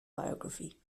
biography